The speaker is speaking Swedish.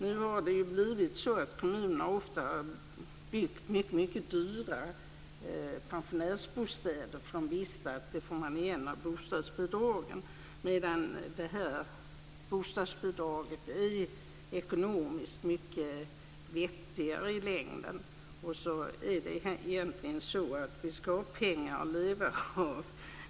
Nu har det ju blivit så att kommunerna ofta har byggt mycket dyra pensionärsbostäder eftersom de visste att de skulle få igen det genom bostadsbidragen. Det här bostadsbidraget är ekonomiskt mycket vettigare i längden. Det är ju egentligen så att vi ska ha pengar att leva av.